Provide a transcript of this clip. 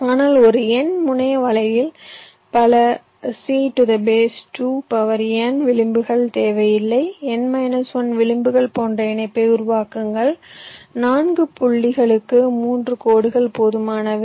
ஆனால் ஒரு n முனைய வலையில் பல C2n விளிம்புகள் தேவையில்லை n 1 விளிம்புகள் போன்ற இணைப்பை உருவாக்குங்கள் 4 புள்ளிகளுக்கு 3 கோடுகள் போதுமானது